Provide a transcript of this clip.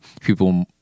people